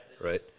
right